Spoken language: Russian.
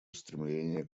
устремления